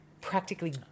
practically